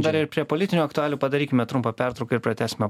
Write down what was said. dar ir prie politinių aktualijų padarykime trumpą pertrauką ir protęsime